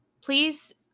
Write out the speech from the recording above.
please